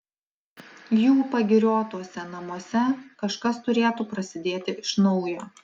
jų pagiriotuose namuose kažkas turėtų prasidėti iš naujo